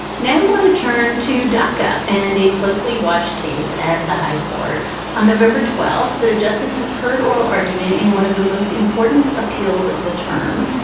now we want to turn to dacca and a closely watched case at the high court on november twelfth. the justices heard oral argument in one of the most important appeals of the term.